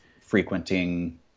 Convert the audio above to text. frequenting